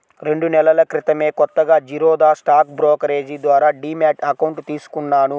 రెండు నెలల క్రితమే కొత్తగా జిరోదా స్టాక్ బ్రోకరేజీ ద్వారా డీమ్యాట్ అకౌంట్ తీసుకున్నాను